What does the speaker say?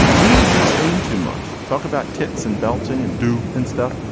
we use aim too much, talk about ticks and belting and do and stuff.